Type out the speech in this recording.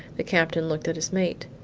the captain looked at his mate.